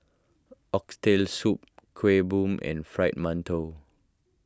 Oxtail Soup Kuih Bom and Fried Mantou